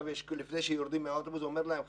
לפני שיורדים מהאוטובוס הוא אומר להם,